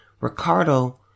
Ricardo